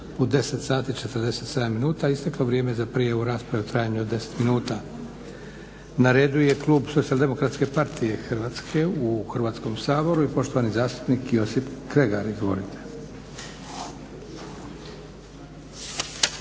u 10,47 sati isteklo vrijeme za prijavu rasprave u trajanju od 10 minuta. Na redu je klub SDP-a Hrvatske u Hrvatskom saboru i poštovani zastupnik Josip Kregar.